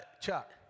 Chuck